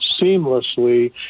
seamlessly